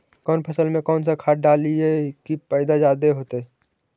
कौन फसल मे कौन सा खाध डलियय जे की पैदा जादे होतय?